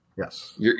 Yes